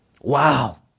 Wow